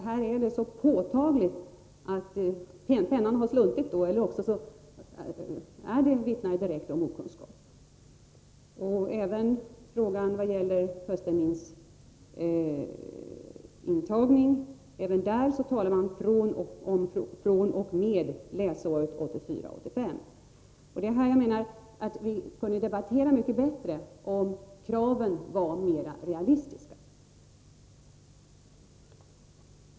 Här är det så påtagligt att pennan har sluntit, eller också vittnar det direkt om okunskap. Även i frågan om höstterminsintagningen talar Gunnar Hökmark om ”fr.o.m. läsåret 1984/85”. Vi skulle kunna debattera mycket bättre, om kraven var mera realistiska.